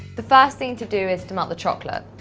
the first thing to do is to melt the chocolate.